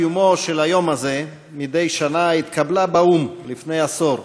ההחלטה על קיומו של היום הזה מדי שנה התקבלה באו"ם לפני עשור,